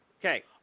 Okay